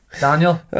Daniel